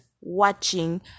watching